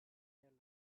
tell